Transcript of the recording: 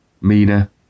Mina